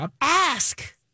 ask